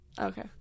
Okay